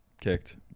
kicked